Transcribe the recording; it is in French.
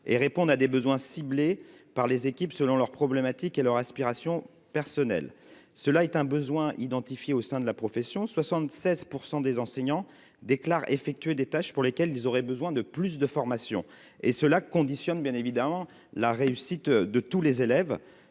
et répondent à des besoins ciblés par les équipes selon leur problématique et leur aspiration personnelle, cela est un besoin identifié au sein de la profession 76 % des enseignants déclarent effectuer des tâches pour lesquelles ils auraient besoin de plus de formation et cela conditionne bien évident, la réussite de tous les élèves,